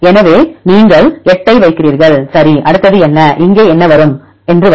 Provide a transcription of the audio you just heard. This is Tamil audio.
எனவே நீங்கள் 8 ஐ வைக்கிறீர்கள் சரி அடுத்தது என்ன இங்கே என்ன வரும் என்று வரும்